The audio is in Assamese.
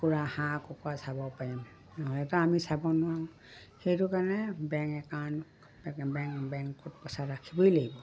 কুকুৰা হাঁহ কুকুৰা চাব পাৰিম নহ'লেতো আমি চাব নোৱাৰোঁ সেইটো কাৰণে বেংক একাউণ্ট বেংকত পইচা ৰাখিবই লাগিব